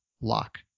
lock